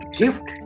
gift